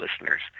listeners